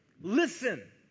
listen